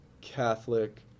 Catholic